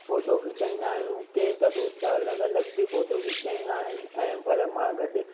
photo खिचाईंदा आहियूं कंहिं त दोस्त अलॻि अलॻि बि फोटो खिचाईंदा आहिनि ऐं पर मां गॾु